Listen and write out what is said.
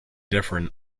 different